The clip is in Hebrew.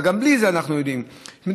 אבל אנחנו יודעים גם בלי זה,